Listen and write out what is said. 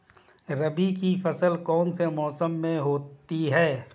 रबी की फसल कौन से मौसम में होती है?